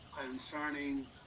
concerning